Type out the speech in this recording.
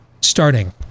starting